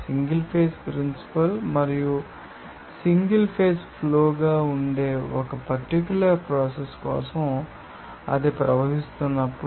single phase principle మరియు single phase flow గా ఉండే ఒక పర్టిక్యూలర్ ప్రాసెస్ కోసం అది ప్రవహిస్తున్నప్పుడు